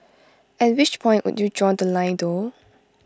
at which point would you draw The Line though